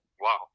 Wow